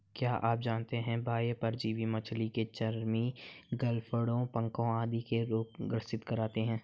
क्या आप जानते है बाह्य परजीवी मछली के चर्म, गलफड़ों, पंखों आदि को रोग ग्रस्त करते हैं?